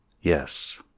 Yes